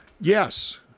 Yes